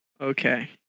Okay